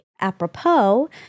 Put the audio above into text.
apropos